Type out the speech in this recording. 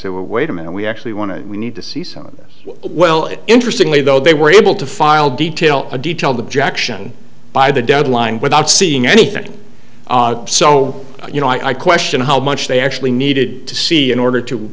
oh wait a minute we actually want to we need to see some of this well interestingly though they were able to file details a detailed objection by the deadline without seeing anything so you know i question how much they actually needed to see in order to